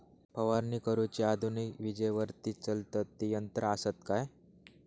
फवारणी करुची आधुनिक विजेवरती चलतत ती यंत्रा आसत काय?